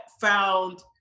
found